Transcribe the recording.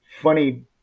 funny